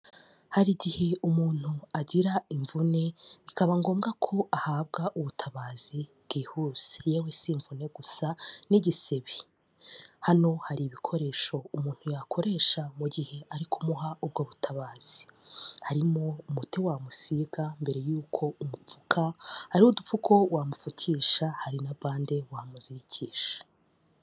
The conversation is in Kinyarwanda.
Hari igihe umuntu agira imvune, bikaba ngombwa ko ahabwa ubutabazi bwihuse. Yewe si imvune gusa, n'igisebe. Hano hari ibikoresho umuntu yakoresha mu gihe ari kumuha ubwo butabazi. Harimo umuti wamusiga mbere y'uko umupfuka, hariho udupfuko wamupfukisha, hari na bande wamuzirikisha.